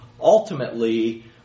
ultimately